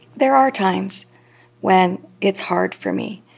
there are times when it's hard for me.